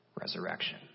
resurrection